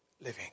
living